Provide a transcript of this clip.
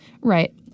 Right